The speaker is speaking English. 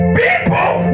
people